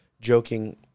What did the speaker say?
joking